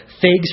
figs